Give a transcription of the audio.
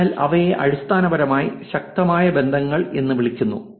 അതിനാൽ അവയെ അടിസ്ഥാനപരമായി ശക്തമായ ബന്ധങ്ങൾ എന്ന് വിളിക്കുന്നു